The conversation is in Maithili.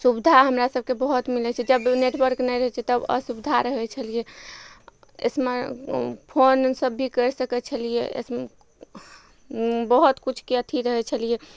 सुविधा हमरा सबके बहुत मिलय छै जब नेटवर्क नहि रहय छै तब असुविधा रहय छलियै स्मा फोन सब भी करि सकय छलियै बहुत किछुके अथी रहय छलियै